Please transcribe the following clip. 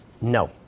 No